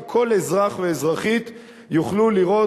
כי כל אזרח ואזרחית יוכלו לראות,